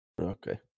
Okay